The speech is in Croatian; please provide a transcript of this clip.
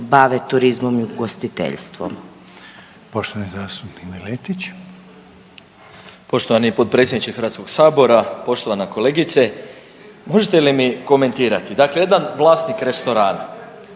bave turizmom i ugostiteljstvom.